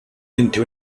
into